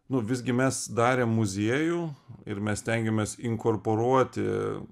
nu visgi mes darėm muziejų ir mes stengėmės inkorporuoti